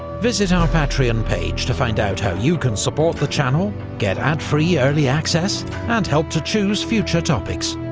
visit our patreon page to find out how you can support the channel, get ad-free early access and help to choose future topics.